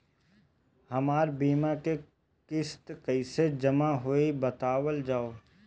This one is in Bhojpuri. हमर बीमा के किस्त कइसे जमा होई बतावल जाओ?